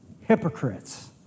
Hypocrites